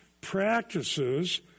practices